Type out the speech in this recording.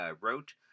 wrote